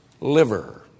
Liver